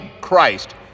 Christ